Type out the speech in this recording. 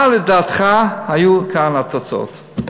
מה לדעתך היו כאן התוצאות?